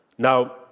Now